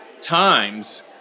times